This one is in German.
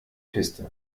piste